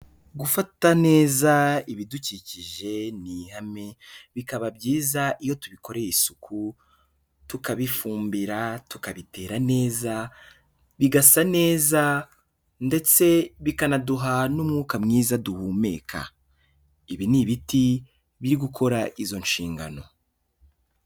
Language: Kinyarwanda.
Gufata neza ibidukikije ni ihame bikaba byiza iyo tubikoreye isuku tukabifumbira, tukabitera neza, bigasa neza ndetse bikanaduha n'umwuka mwiza duhumeka. Ibi ni ibiti biri gukora izo nshingano.